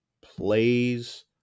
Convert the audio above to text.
plays